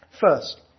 First